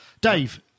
Dave